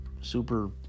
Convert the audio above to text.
super